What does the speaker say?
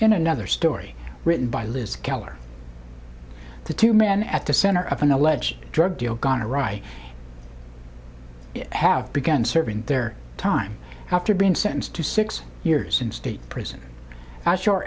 and another story written by liz keller the two men at the center of an alleged drug deal gone awry have begun serving their time after being sentenced to six years in state prison